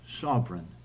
sovereign